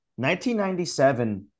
1997